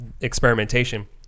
experimentation